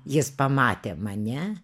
jis pamatė mane